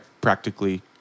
practically